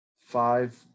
Five